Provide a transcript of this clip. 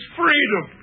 freedom